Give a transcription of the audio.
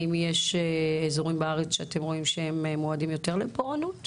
האם יש אזורים בארץ שהם מועדים יותר לפורענות?